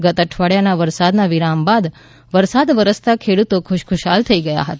ગત અઠવાડિયાના વરસાદના વીરામ બાદ વરસાદ વરસતા ખેડૂતો ખુશખુશાલ થયા ગયા હતા